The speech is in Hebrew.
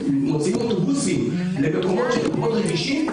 מוציאים אוטובוסים למקומות שהם מאוד רגישים,